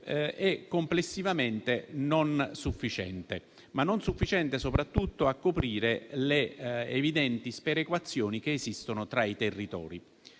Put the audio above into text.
e complessivamente non sufficiente, soprattutto a coprire le evidenti sperequazioni che esistono tra i territori.